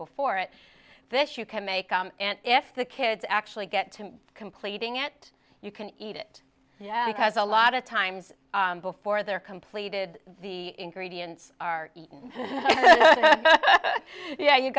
before it this you can make and if the kids actually get to completing it you can eat it because a lot of times before they're completed the ingredients are eaten yeah you